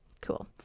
cool